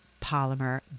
polymer